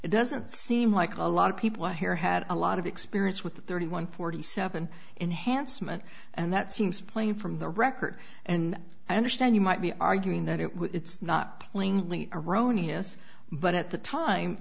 it doesn't seem like a lot of people here had a lot of experience with the thirty one forty seven enhanced meant and that seems plain from the record and i understand you might be arguing that it was it's not plainly erroneous but at the time